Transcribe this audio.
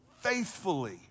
faithfully